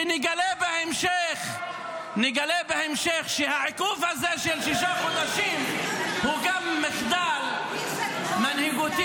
נגלה בהמשך שהעיכוב הזה של שישה חודשים הוא גם מחדל מנהיגותי,